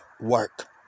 work